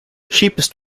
cheapest